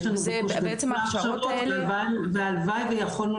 יש לנו --- בעצם ההכשרות האלה --- והלוואי ויכולנו